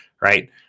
right